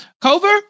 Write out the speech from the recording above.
Cover